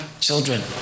children